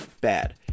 bad